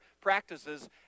practices